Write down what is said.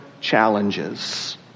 challenges